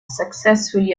successfully